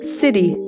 city